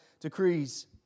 decrees